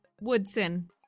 Woodson